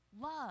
love